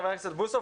חבר הכנסת בוסו,